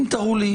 אם תראו לי,